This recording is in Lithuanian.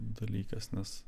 dalykas nes